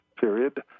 period